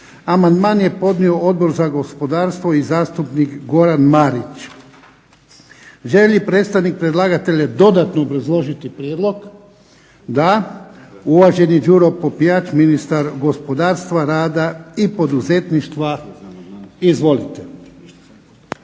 Amandman je podnio Odbor za gospodarstvo i zastupnik Goran Marić. Želi li predstavnik predlagatelja dodatno obrazložiti prijedlog? Da, uvaženi Đuro Popijač ministar gospodarstva, rada i poduzetništva. Izvolite.